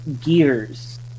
...gears